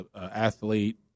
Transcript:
athlete